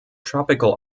tropical